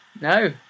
No